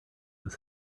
was